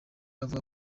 avuga